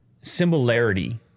similarity